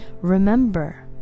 remember